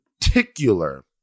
particular